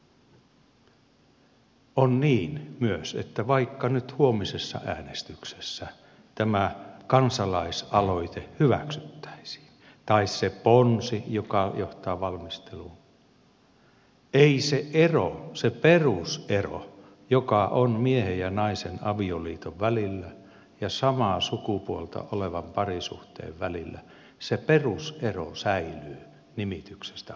on niin myös että vaikka nyt huomisessa äänestyksessä tämä kansalaisaloite hyväksyttäisiin tai se ponsi joka johtaa valmisteluun se ero se perusero joka on miehen ja naisen avioliiton välillä ja samaa sukupuolta olevien parisuhteen välillä säilyy nimityksestä huolimatta